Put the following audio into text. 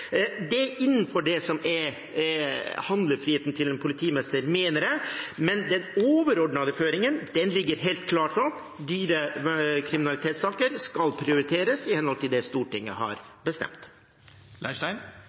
Det er innenfor det som er handlefriheten til en politimester, mener jeg, men den overordnede føringen ligger helt klart fast: Dyrekriminalitetssaker skal prioriteres i henhold til det Stortinget